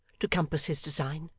to compass his design.